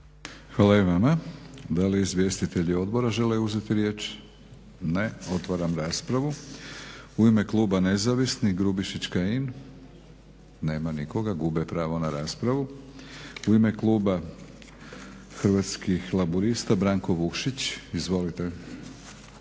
Hvala i vama. Da li izvjestitelji odbora žele uzeti riječ? Ne. Otvaram raspravu. U ime kluba Nezavisnih Grubišić, Kajin. Nema nikoga, gube pravo na raspravu. U ime kluba Hrvatskih laburista Branko Vukšić. Izvolite.